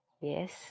Yes